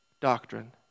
doctrine